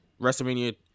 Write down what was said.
WrestleMania